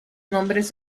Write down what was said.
nombres